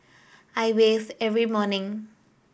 I bathe every morning